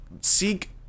Seek